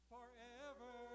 Forever